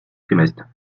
trimestres